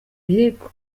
birego